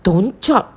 don't chop